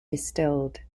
distilled